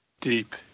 deep